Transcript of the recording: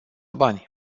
bani